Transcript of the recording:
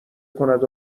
کند